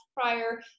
prior